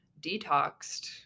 detoxed